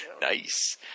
Nice